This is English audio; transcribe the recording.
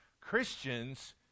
Christians